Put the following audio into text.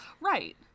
Right